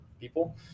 people